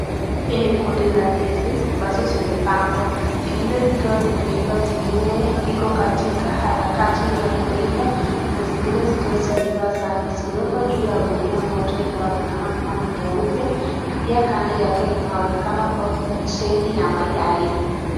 Hii ni kundi la ndizi ambazo zimepangwa. Zingine zikiwa zimeiva, zingine iko katika harakati za kuiva na zingine zikiwa zimeiva sana. Zimewekwa juu ya gunia moja inaonekana kuwa ni nyeupe na pia kando yake kunaonekana kuwa kuna treli ya mayai.